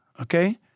okay